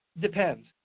depends